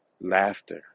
laughter